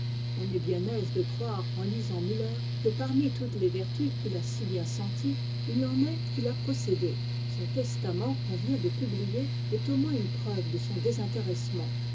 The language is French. on est bien aise de croire en lisant müller que parmi toutes les vertus qu'il a si bien senties il en est qu'il a possédées son testament qu'on vient de publier est au moins une preuve de son désintéressement